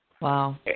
Wow